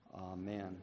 Amen